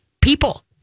People